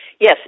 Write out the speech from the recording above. Yes